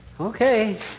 okay